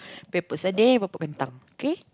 epok-epok sardine epok-epok kentang kay